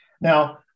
Now